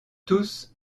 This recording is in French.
tous